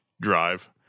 drive